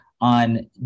on